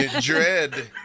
Dread